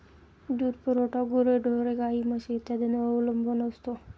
दूध पुरवठा गुरेढोरे, गाई, म्हशी इत्यादींवर अवलंबून असतो